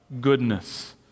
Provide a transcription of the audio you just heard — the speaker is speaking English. Goodness